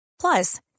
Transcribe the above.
plus